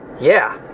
yeah,